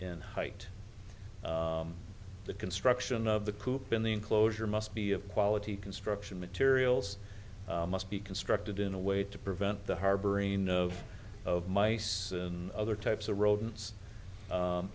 in height the construction of the coop in the enclosure must be of quality construction materials must be constructed in a way to prevent the harboring of of mice in other types of rodents